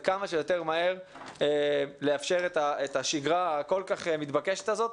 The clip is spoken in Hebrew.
וכמה שיותר מהר לאפשר את השגרה הכל כך מתבקשת הזאת,